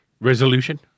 resolution